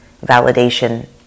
validation